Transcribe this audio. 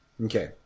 Okay